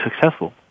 successful